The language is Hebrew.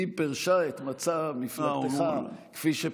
היא פירשה את מצע מפלגתך כפי שפירשה.